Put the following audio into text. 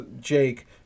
Jake